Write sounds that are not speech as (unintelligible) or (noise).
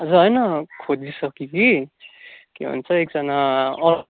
हजुर होइन खोजिसकेँ कि के भन्छ एकजना (unintelligible)